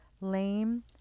lame